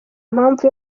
mpamvu